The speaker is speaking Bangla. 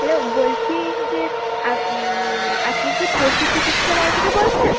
হ্যালো বলছি যে আপনি কি পশু চিকিৎসালয় থেকে বলছেন